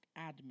admin